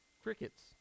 crickets